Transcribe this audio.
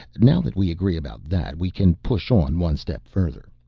now that we agree about that we can push on one step further.